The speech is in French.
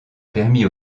permis